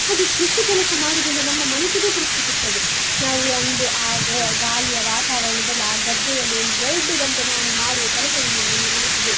ಹಾಗೆ ಕೃಷಿ ಕೆಲಸ ಮಾಡೋದ್ರಿಂದ ನಮ್ಮ ಮನಸ್ಸಿಗು ತೃಪ್ತಿ ಸಿಗ್ತದೆ ನಾವು ಒಂದು ಆಗ ಗಾಳಿಯ ವಾತಾವರಣದಲ್ಲಿ ಆ ಗದ್ದೆಯಲ್ಲಿ ಒಂದು ಎರಡು ಗಂಟೆ ನಾನು ಮಾಡುವ ಕೆಲಸದಿಂದ ನನ್ನ ಮನಸ್ಸಿಗೆ